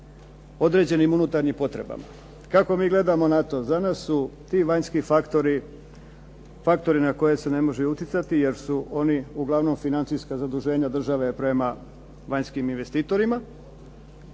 određenim unutarnjim potrebama. Kako mi gledamo na to? Za nas su ti vanjski faktori, faktori na koje se ne mogu utjecati jer su oni uglavnom financijska zaduženja države prema vanjskim investitorima,